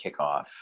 kickoff